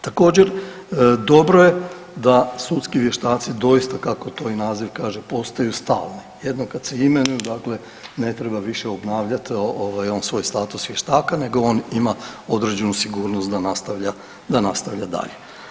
Također dobro je da sudski vještaci doista kako to i naziv kaže postaju stalni, jednom kad se imenuju dakle ne treba više obnavljat ovaj on svoj status vještaka nego on ima određenu sigurnost da nastavlja, da nastavlja dalje.